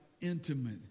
intimate